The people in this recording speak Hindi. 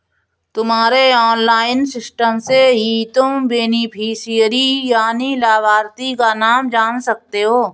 तुम्हारे ऑनलाइन सिस्टम से ही तुम बेनिफिशियरी यानि लाभार्थी का नाम जान सकते हो